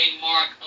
mark